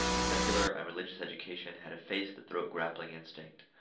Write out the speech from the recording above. secular and religious education had effaced the throat-grappling instinct,